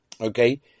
Okay